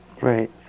Right